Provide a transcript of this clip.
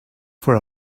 for